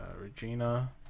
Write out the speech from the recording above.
regina